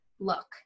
look